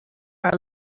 are